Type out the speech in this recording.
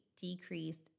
decreased